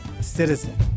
citizen